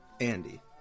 Andy